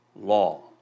law